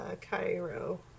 Cairo